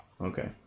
Okay